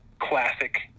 classic